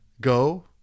go